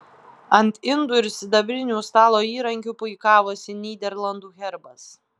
ant indų ir sidabrinių stalo įrankių puikavosi nyderlandų herbas